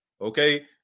Okay